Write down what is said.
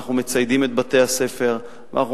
ואנחנו מציידים את בתי-הספר ואנחנו